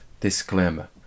Disclaimer